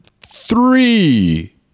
Three